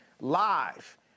live